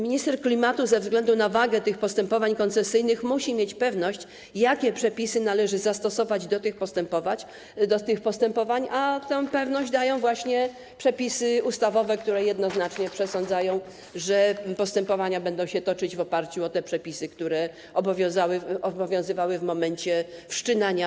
Minister klimatu ze względu na wagę tych postępowań koncesyjnych musi mieć pewność, jakie przepisy należy zastosować do tych postępowań, a tę pewność dają właśnie przepisy ustawowe, które jednoznacznie przesądzają, że postępowania będą się toczyć na podstawie przepisów, które obowiązywały w momencie ich wszczynania.